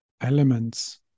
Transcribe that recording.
elements